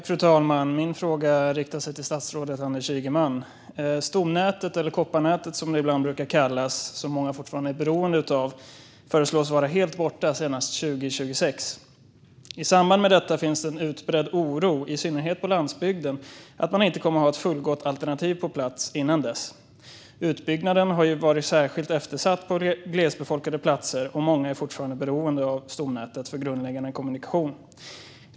Fru talman! Min fråga går till statsrådet Anders Ygeman. Stomnätet, eller kopparnätet som det ibland kallas och som många fortfarande är beroende av, föreslås vara helt borta senast 2026. I samband med detta finns en utbredd oro, i synnerhet på landsbygden, för att man inte kommer att ha ett fullgott alternativ på plats innan dess. Utbyggnaden har varit särskilt eftersatt på glesbefolkade platser, och många är som sagt fortfarande beroende av stomnätet för grundläggande kommunikation.